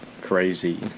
crazy